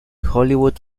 hollywood